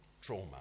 trauma